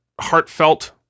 heartfelt